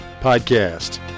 Podcast